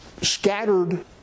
scattered